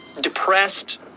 Depressed